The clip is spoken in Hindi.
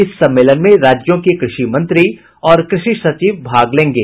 इस सम्मेलन में राज्यों के कृषि मंत्री और कृषि सचिव भाग लेंगे